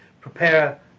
prepare